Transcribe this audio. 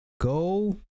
Go